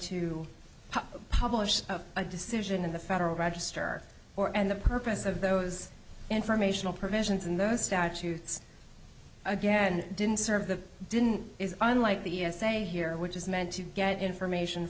to publish a decision in the federal register or and the purpose of those informational provisions in those statutes again didn't serve the didn't is unlike the essay here which is meant to get information